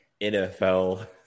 NFL